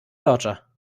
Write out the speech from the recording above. lodger